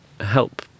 help